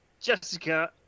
Jessica